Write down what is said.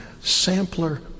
sampler